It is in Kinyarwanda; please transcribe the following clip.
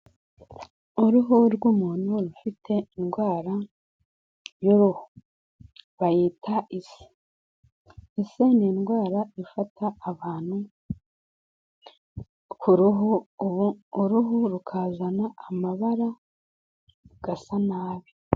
Uruhu rw'umuntu ufite indwara bayita ise, ise ni indwara ifata abantu ku ruhu, uruhu rukazana amabara ruugasa nabi.